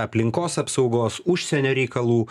aplinkos apsaugos užsienio reikalų